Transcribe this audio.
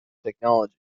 technology